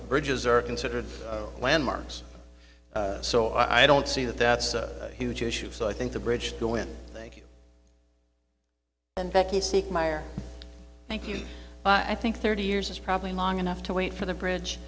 bridges are considered landmarks so i don't see that that's a huge issue so i think the bridge going thank you and becky seek mayor thank you but i think thirty years is probably long enough to wait for the bridge